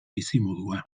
bizimodua